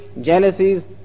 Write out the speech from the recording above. jealousies